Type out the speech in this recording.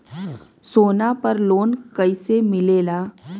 सोना पर लो न कइसे मिलेला?